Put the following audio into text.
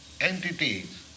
entities